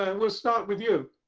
and we'll start with you.